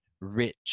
rich